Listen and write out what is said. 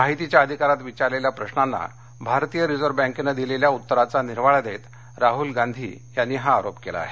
माहितीच्या अधिकारात विचारलेल्या प्रशाना भारतीय रिझर्व्ह बँकेन दिलेल्या उत्तराचा निर्वाळा देत राहूल गांधी यांनी हा आरोप केला आहे